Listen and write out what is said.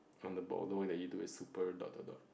on the ball the way that you do is super dot dot dot